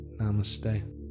Namaste